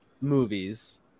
movies